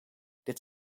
dit